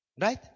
right